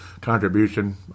contribution